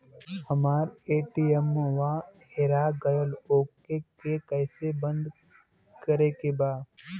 हमरा ए.टी.एम वा हेरा गइल ओ के के कैसे बंद करे के बा?